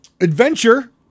adventure